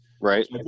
Right